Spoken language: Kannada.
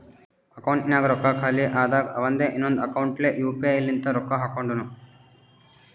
ಅಕೌಂಟ್ನಾಗ್ ರೊಕ್ಕಾ ಖಾಲಿ ಆದಾಗ ಅವಂದೆ ಇನ್ನೊಂದು ಅಕೌಂಟ್ಲೆ ಯು ಪಿ ಐ ಲಿಂತ ರೊಕ್ಕಾ ಹಾಕೊಂಡುನು